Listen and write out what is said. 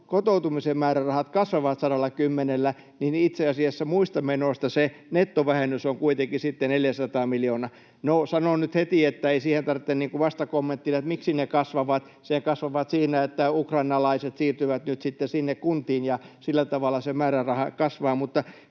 kotoutumisen määrärahat — kasvavat 110:llä, niin itse asiassa muista menoista se nettovähennys on kuitenkin sitten 400 miljoonaa. No, sanon nyt heti, siihen ei tarvita vastakommenttia, miksi ne kasvavat: nehän kasvavat siinä, että ukrainalaiset siirtyvät nyt sitten sinne kuntiin, ja sillä tavalla se määräraha kasvaa.